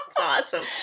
awesome